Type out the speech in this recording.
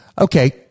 Okay